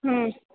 હ